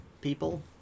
people